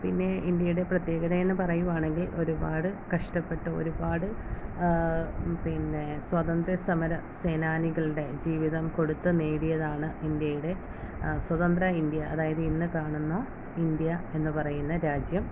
പിന്നെ ഇന്ത്യയുടെ പ്രത്യേകതയെന്ന് പറയുകയാണെങ്കിൽ ഒരുപാട് കഷ്ട്ടപ്പെട്ട് ഒരുപാട് പിന്നെ സ്വാതന്ത്ര്യ സമര സേനാനികളുടെ ജീവിതം കൊടുത്ത് നേടിയതാണ് ഇന്ത്യയുടെ സ്വതന്ത്ര ഇന്ത്യ അതായത് ഇന്ന് കാണുന്ന ഇന്ത്യ എന്ന് പറയുന്ന രാജ്യം